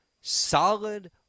solid